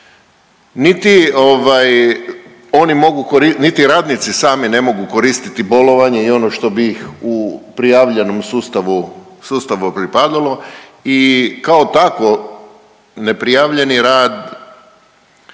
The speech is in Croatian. niti radnici sami ne mogu koristiti bolovanje i ono što bi ih u prijavljenom sustavu, sustavu pripadalo i kao takvo neprijavljeni rad